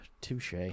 touche